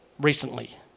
recently